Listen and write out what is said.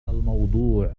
الموضوع